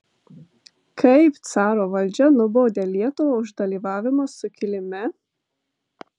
kaip caro valdžia nubaudė lietuvą už dalyvavimą sukilime